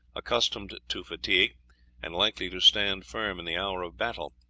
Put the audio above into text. accustomed to fatigue and likely to stand firm in the hour of battle.